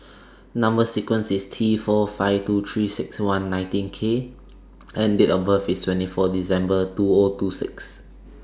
Number sequence IS T four five two three six one nineteen K and Date of birth IS twenty four December two O two six